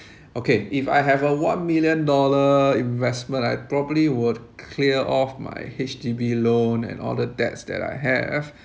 okay if I have a one million dollar investment I probably would clear off my H_D_B loan and all the debts that I have